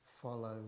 follow